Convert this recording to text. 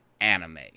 anime